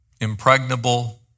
Impregnable